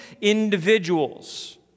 individuals